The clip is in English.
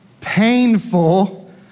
painful